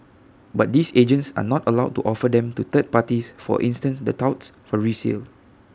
but these agents are not allowed to offer them to third parties for instance the touts for resale